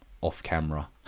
off-camera